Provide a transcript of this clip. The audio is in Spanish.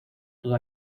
todo